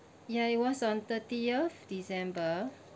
ya it was on thirtieth december